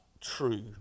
true